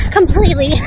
completely